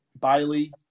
Bailey